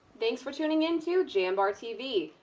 thanks for tuning in to jambar tv.